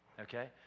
Okay